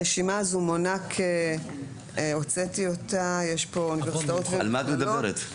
הרשימה הזו מונה --- על מה את מדברת?